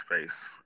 face